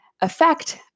affect